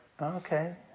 okay